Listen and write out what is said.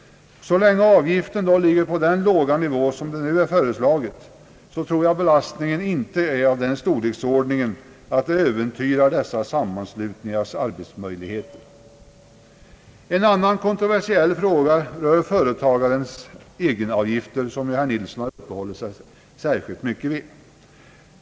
Så länge avgiften dockligger på den låga nivå som nu föreslagits tror jag inte att belastningen är av den storleksordningen att den äventyrar dessa sammanslutningars arbets möjligheter. En annan kontroversiell fråga rör företagarens egenavgifter, som ju herr Nilsson har uppehållit sig särskilt mycket vid.